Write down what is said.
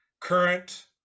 current